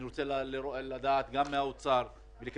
אני רוצה לדעת גם ממשרד האוצר,